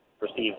received